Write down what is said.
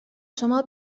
شما